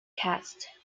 cast